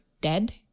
dead